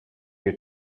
your